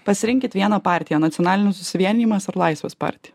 pasirinkit vieną partija nacionalinis susivienijimas ar laisvės partija